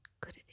good